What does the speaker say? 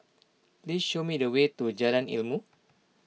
please show me the way to Jalan Ilmu